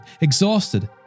exhausted